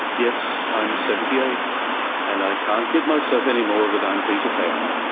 yes, i'm seventy eight and i can't kid myself any more that i am peter pan.